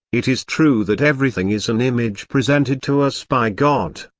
it is true that everything is an image presented to us by god.